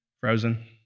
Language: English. Frozen